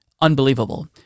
Unbelievable